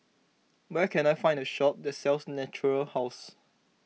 where can I find a shop that sells Natura House